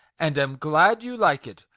and am glad you like it,